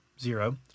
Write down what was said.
zero